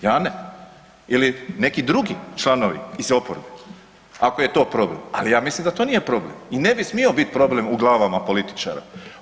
Ja ne ili neki drugi članovi iz oporbe ako je to problem, ali ja mislim da to nije problem i ne bi smio biti problem u glavama političara.